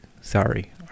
sorry